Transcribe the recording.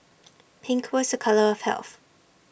pink was A colour of health